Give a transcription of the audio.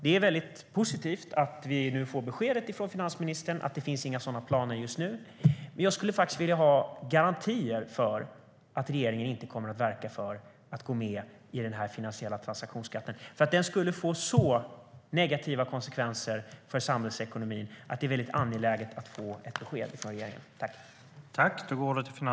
Det är positivt att vi nu får beskedet från finansministern att det inte finns några sådana planer just nu. Men jag skulle vilja ha garantier för att regeringen inte kommer att verka för att gå med i den finansiella transaktionsskatten. Den skulle få så negativa konsekvenser för samhällsekonomin att det är angeläget att få ett besked från regeringen.